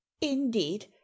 indeed